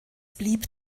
blieb